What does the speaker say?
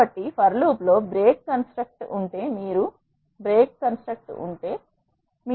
కాబట్టి for loop లో break construct ఉంటే మీరు కలిగి ఉండాలి